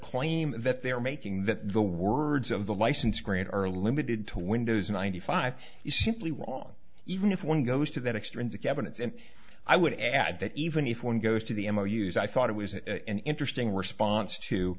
claim that they're making that the words of the license grant are limited to windows ninety five is simply wrong even if one goes to that extrinsic evidence and i would add that even if one goes to the m o u's i thought it was an interesting response to